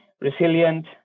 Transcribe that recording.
resilient